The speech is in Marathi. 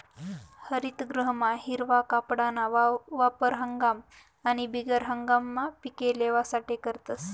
हरितगृहमा हिरवा कापडना वापर हंगाम आणि बिगर हंगाममा पिके लेवासाठे करतस